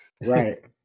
right